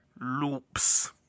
Loops